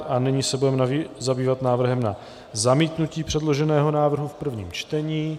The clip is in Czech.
A nyní se budeme zabývat návrhem na zamítnutí předloženého návrhu v prvním čtení.